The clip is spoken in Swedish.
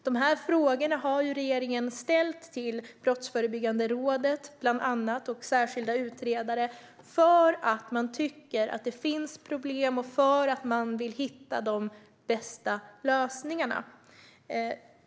De frågorna har regeringen ställt till bland annat Brottsförebyggande rådet och särskilda utredare eftersom man tycker att det finns problem och eftersom man vill hitta de bästa lösningarna.